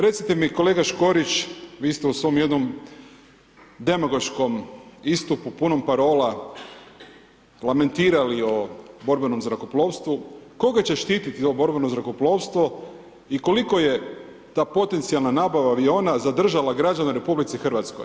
Recite mi kolega Škorić, vi ste u svom jednom demagoškom istupu punom parola lamentirali o borbenom zrakoplovstvu, koga će štiti to borbeno zrakoplovstvo i koliko je ta potencijalna nabava aviona zadržala građana u RH?